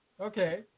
Okay